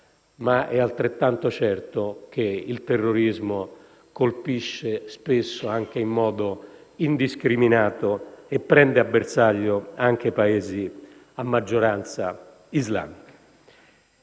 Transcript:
però altrettanto certo che il terrorismo colpisce spesso anche in modo indiscriminato e prende a bersaglio anche Paesi a maggioranza islamica.